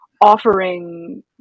offering